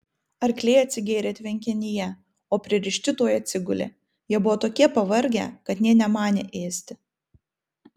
arkliai atsigėrė tvenkinyje o pririšti tuoj atsigulė jie buvo tokie pavargę kad nė nemanė ėsti